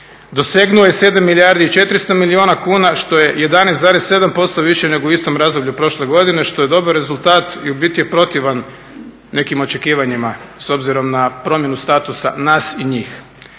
dosegnuo je 7 milijardi i 400 milijuna kuna što je 11,7% više nego u istom razdoblju prošle godine što je dobar rezultat i u biti je protivan nekim očekivanjima s obzirom na promjenu statusa nas i njih.